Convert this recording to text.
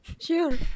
Sure